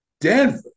Denver